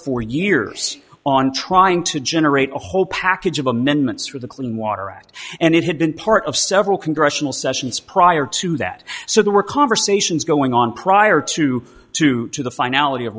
for years on trying to generate a whole package of amendments through the clean water act and it had been part of several congressional sessions prior to that so there were conversations going on prior to two to the finality of